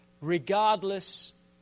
Regardless